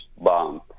bomb